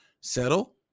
Settle